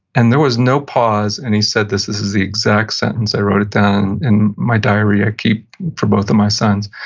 and there was no pause, and he said this, this is the exact sentence, i wrote it down in my diary i keep for both of my sons.